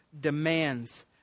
demands